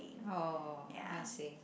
oh I see